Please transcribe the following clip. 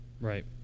Right